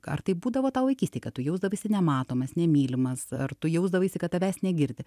ar taip būdavo tau vaikystėj kad tu jausdavaisi nematomas nemylimas ar tu jausdavaisi kad tavęs negirdi